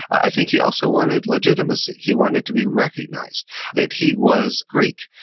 i think he also wanted legitimacy. he wanted to be recognized that he was greek,